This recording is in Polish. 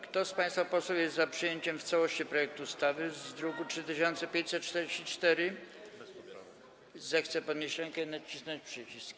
Kto z państwa posłów jest za przyjęciem w całości projektu ustawy z druku nr 3544, zechce podnieść rękę i nacisnąć przycisk.